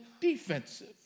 defensive